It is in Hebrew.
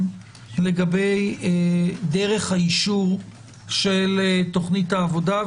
לגבי דרך האישור של תוכנית העבודה.